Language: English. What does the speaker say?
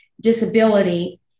disability